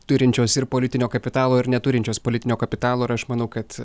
turinčios ir politinio kapitalo ir neturinčios politinio kapitalo ir aš manau kad